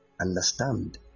understand